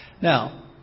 Now